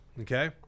Okay